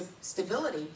stability